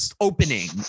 opening